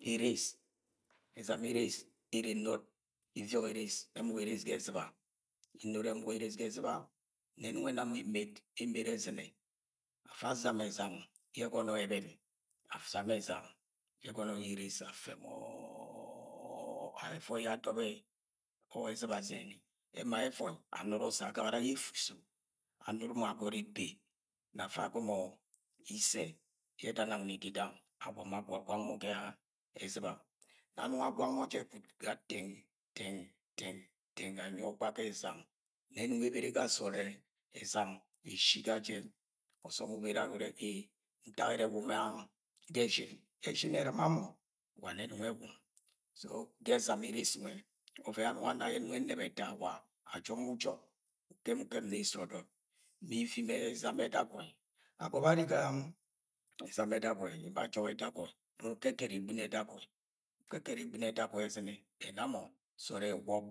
Eres, ẹzam eres, iri inut iviọt, eres ẹmọk eres ga ez̵iba. Inut ẹmọk eres ga ẹz̵iba nẹ ẹnọng ẹna nwẹ emet. Emet ẹz̵inẹ. Afa azama ẹzam yẹ ẹgọnọ ẹbẹm, azama ẹzam yẹ ẹgọnọ ẹbẹm, azama ẹzam yẹ ẹgọnọ yẹ eres afẹ mọ ẹvọi yẹ adọbọ ez̵iba az̵ine, ẹma yẹ ẹvọi anut osẹ agagara ye efuuso, anut agọt ebe. No afa agomo isẹ yẹ eda nang na ididang agomo agwagwan mọ ga ẹz̵iba. Nẹ anọng agwan mọ jẹ, gwud ga tẹng, tẹng tẹng, tẹnng anyi ọgba ga e̱zam ne ẹnọng ebere ga sọọd ẹ ẹzam eshi ga jẹn. Ma ọsọm ubere gange urẹ ee, ntak ẹrẹ ewuma ga esh̵in, ẹsh̵in ẹr̵ima mọ wa nẹ ẹnọng ẹwum. Ga ẹzam eres nwẹ, ọvẹn yẹ anọng anna yẹ ẹnọng ẹnẹb ẹta wa, ajọk mọ ukọk ukẹm, ukẹm na esud ọdọt. Ma ivim ẹzam ẹdagoi. Agọbẹ arre ga ẹzam ẹdagọi ara ajọk ẹdagọi ma ukẹkẹrẹ egb̵in ẹdagọi. Ukẹkẹrẹ egb̵ini edagoi ez̵inẹ, ẹrẹ ena mọ sọọd ẹ ẹwob,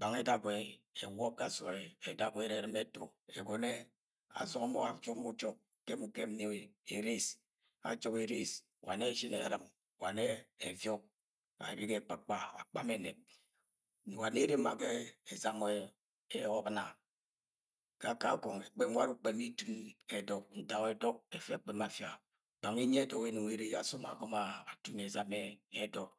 bang ẹdagọi ẹwọbọ ga sọọd ẹ. Ẹdagọi ẹrẹ ẹr̵ima ẹtọ ẹgọnọ ẹ azọngọ ọbọk, ajọk mọ ujọk ukẹm ukẹm na eres. Ajọk eres wa nẹ eshinẹ ẹr̵im, wa nẹ ẹviọk Ga ẹkpakpa, akpa mọ ẹnẹb. Wa nẹ ere ma ga ẹzam ọb̵ina. Ga kakọng ẹkpẹm warẹ ukpẹm yẹ itun ẹdọk ntak ẹdọk ẹfẹ ẹkpẹm afia. Bang enyi e ẹdọk ẹnọng ere yẹ asọm agomo atun ẹzam ẹdọk.